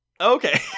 Okay